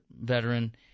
veteran